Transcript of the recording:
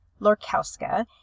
Lorkowska